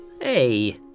Hey